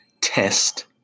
test